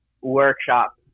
workshop